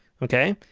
okay.